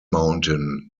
mountain